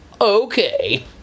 okay